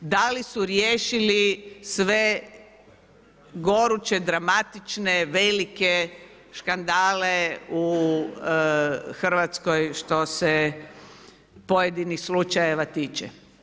Da li su riješili sve goruće, dramatične, veliki skandale u RH što se pojedinih slučajeva tiče?